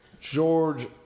George